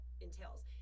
entails